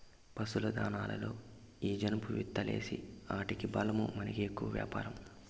పశుల దాణాలలో ఈ జనుము విత్తూలేస్తీ ఆటికి బలమూ మనకి ఎక్కువ వ్యాపారం